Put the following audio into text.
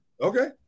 Okay